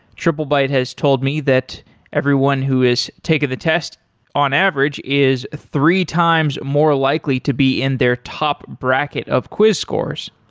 triplebyte has told me that everyone who has taken the test on average is three times more likely to be in their top bracket of quiz course.